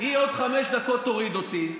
היא עוד חמש דקות תוריד אותי.